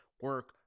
Work